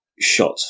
shot